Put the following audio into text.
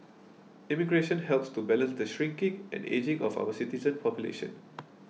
immigration helps to balance the shrinking and ageing of our citizen population